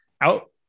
out